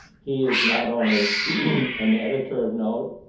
he is not only an editor of note,